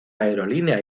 aerolínea